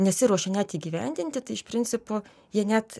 nesiruoši net įgyvendinti tai iš principo jie net